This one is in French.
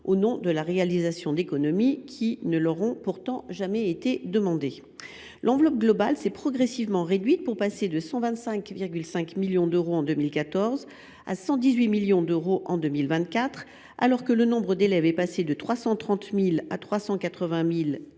au nom de la réalisation d’économies qui ne leur ont pourtant jamais été demandées. L’enveloppe globale s’est progressivement réduite, pour passer de 125,5 millions d’euros en 2014 à 118 millions d’euros en 2024, alors que le nombre d’élèves est passé de 330 000 à 395 000